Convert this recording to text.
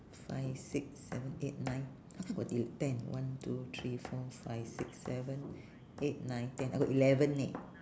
five six seven eight nine how come got ele~ ten one two three four five six seven eight nine ten I got eleven eh